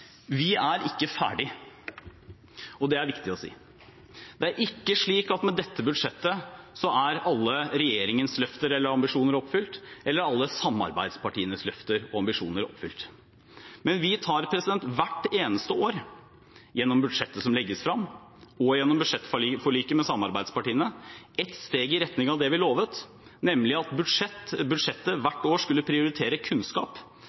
Vi er ikke ferdig, og det er viktig å si. Det er ikke slik at med dette budsjettet er alle regjeringens løfter eller ambisjoner oppfylt, eller alle samarbeidspartienes løfter og ambisjoner oppfylt. Men vi tar hvert eneste år – gjennom budsjettet som legges frem, og gjennom budsjettforliket med samarbeidspartiene – ett steg i retning av det vi lovet, nemlig at budsjettet hvert år skulle prioritere kunnskap